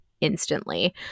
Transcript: instantly